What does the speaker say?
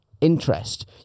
interest